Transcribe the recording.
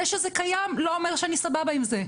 זה שזה קיים, לא אומר שאני סבבה עם זה.